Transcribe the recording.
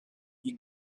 you